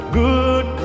good